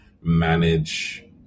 manage